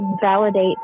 validate